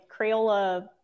crayola